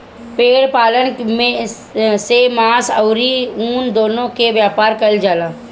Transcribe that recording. भेड़ पालन से मांस अउरी ऊन दूनो के व्यापार कईल जाला